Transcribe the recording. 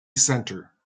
center